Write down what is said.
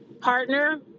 partner